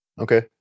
Okay